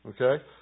okay